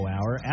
Hour